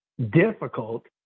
difficult